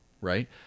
Right